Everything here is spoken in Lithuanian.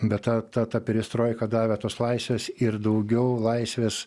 bet ta ta ta peristroika davė tos laisvės ir daugiau laisvės